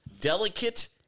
Delicate